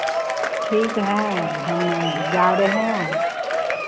ठीक है हम जा रहे हैं